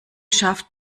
schafft